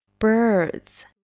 birds